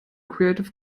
creative